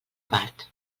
part